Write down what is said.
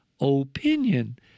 opinion